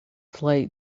flight